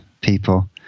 people